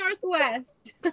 Northwest